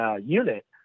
unit